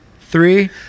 three